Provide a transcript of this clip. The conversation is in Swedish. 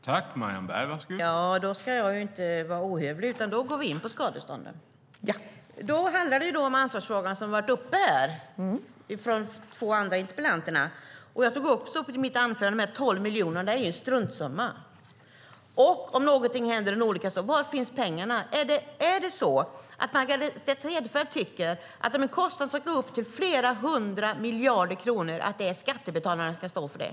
Herr talman! Då ska jag inte vara ohövlig, utan låt oss gå in på skadestånden. Det handlar om ansvarsfrågan, vilket de två tidigare talarna tagit upp. Även jag tog upp den i mitt anförande. De 12 miljarderna är en struntsumma. Om en olycka händer, var finns då pengarna? Om kostnaderna uppgår till flera hundra miljarder, tycker Margareta Cederfelt att skattebetalarna ska stå för dem?